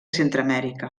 centreamèrica